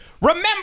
Remember